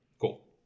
cool